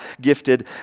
gifted